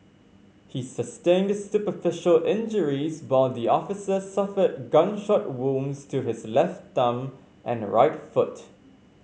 he sustained superficial injuries while the officer suffered gunshot wounds to his left thumb and right foot